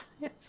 Yes